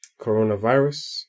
coronavirus